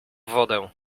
wodę